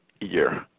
year